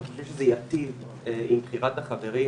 אני חושב שזה יטיב עם בחירת החברים.